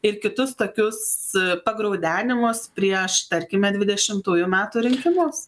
ir kitus tokius pagraudenimus prieš tarkime dvidešimtųjų metų rinkimus